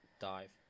Dive